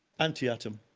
anti-atom.